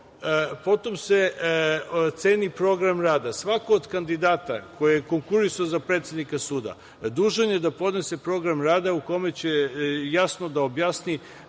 Potom se ocenjuje program rada. Svako od kandidata ko je konkurisao za predsednika suda je dužan da podnese program rada u kome će jasno da objasni